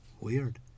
Weird